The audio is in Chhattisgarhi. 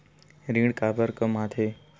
ऋण काबर कम आथे?